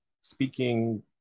speaking